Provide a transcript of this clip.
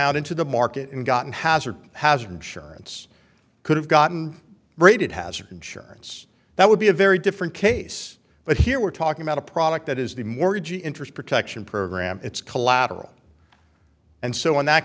out into the market and gotten hazard hasn't surance could have gotten braided hazards that would be a very different case but here we're talking about a product that is the mortgage interest protection program it's collateral and so in that